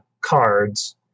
cards